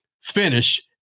finish